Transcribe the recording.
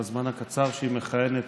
בזמן הקצר שהיא מכהנת,